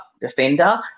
defender